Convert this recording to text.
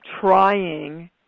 trying